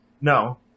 No